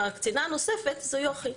הקצינה הנוספת היא יוכי,